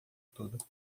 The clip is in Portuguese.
todo